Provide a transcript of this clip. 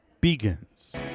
begins